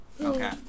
Okay